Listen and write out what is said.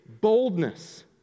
boldness